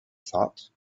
thought